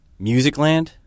Musicland